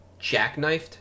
jackknifed